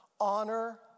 honor